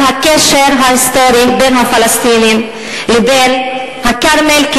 הקשר ההיסטורי בין הפלסטינים לבין הכרמל,